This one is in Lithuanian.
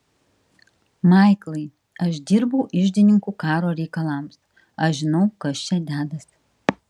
maiklai aš dirbau iždininku karo reikalams aš žinau kas čia dedasi